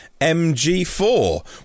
MG4